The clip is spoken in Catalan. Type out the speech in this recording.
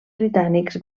britànics